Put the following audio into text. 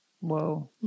whoa